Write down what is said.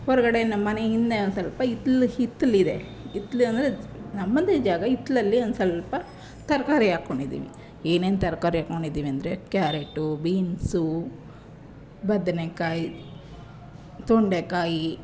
ಹೊರಗಡೆ ನಮ್ಮ ಮನೆ ಹಿಂದೆ ಒಂದು ಸ್ವಲ್ಪ ಹಿತ್ತಲು ಹಿತ್ತಲಿದೆ ಹಿತ್ತಲೆಂದ್ರೆ ನಮ್ಮದೆ ಜಾಗ ಹಿತ್ತಲಲ್ಲಿ ಒಂದು ಸ್ವಲ್ಪ ತರಕಾರಿ ಹಾಕ್ಕೊಂಡಿದ್ದೀವಿ ಏನೇನು ತರಕಾರಿ ಹಾಕ್ಕೊಂಡಿದ್ದೀವಿ ಅಂದರೆ ಕ್ಯಾರೆಟು ಬೀನ್ಸು ಬದನೆಕಾಯಿ ತೊಂಡೆಕಾಯಿ